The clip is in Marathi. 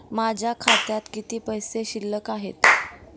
माझ्या खात्यात किती पैसे शिल्लक आहेत?